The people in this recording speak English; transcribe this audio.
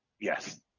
Yes